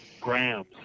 grams